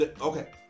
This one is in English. Okay